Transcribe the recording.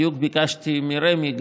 בדיוק ביקשתי מרמ"י,